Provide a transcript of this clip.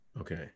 okay